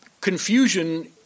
Confusion